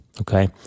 okay